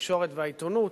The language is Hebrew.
התקשורת והעיתונות,